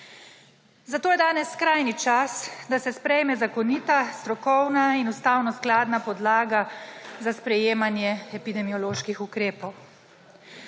Zato je danes skrajni čas, da se sprejem zakonita, strokovna in ustavno skladna podlaga za sprejemanje epidemioloških ukrepov.